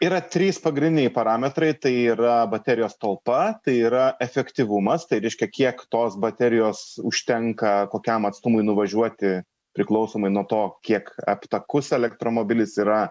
yra trys pagrindiniai parametrai tai yra baterijos talpa tai yra efektyvumas tai reiškia kiek tos baterijos užtenka kokiam atstumui nuvažiuoti priklausomai nuo to kiek aptakus elektromobilis yra